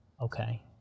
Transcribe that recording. Okay